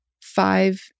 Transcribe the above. Five